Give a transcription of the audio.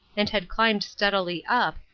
and had climbed steadily up,